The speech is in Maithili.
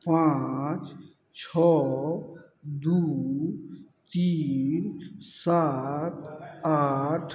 पाँच छऽ दू तीन सात आठ